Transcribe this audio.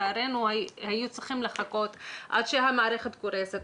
לצערנו היו צריכים לחכות עד שהמערכת קורסת,